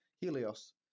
Helios